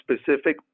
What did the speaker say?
specific